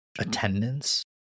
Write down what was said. attendance